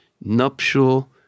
nuptial